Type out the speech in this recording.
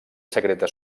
secreta